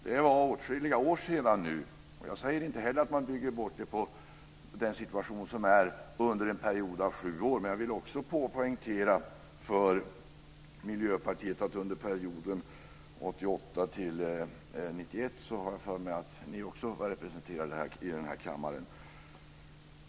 Det var åtskilliga år sedan. Jag säger inte heller att man förändrar den nuvarande situationen under en period av sju år. Men jag vill poängtera för Miljöpartiet att Miljöpartiet också var representerat i denna kammare under perioden 1988 1991.